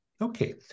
Okay